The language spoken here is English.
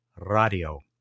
radio